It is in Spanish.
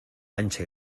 ancha